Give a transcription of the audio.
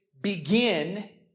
begin